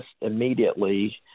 immediately